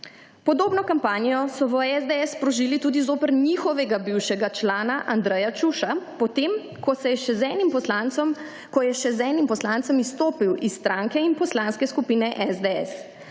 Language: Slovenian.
Podobno kampanjo so v SDS sprožili tudi zoper njihovega bivšega člana Andreja Čuša, potem ko je še z enim poslancem izstopil iz stranke in Poslanske skupine SDS.